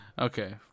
okay